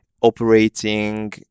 operating